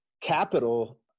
capital